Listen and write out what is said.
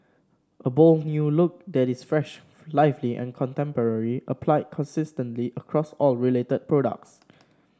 a bold new look that is fresh lively and contemporary applied consistently across all related products